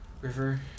River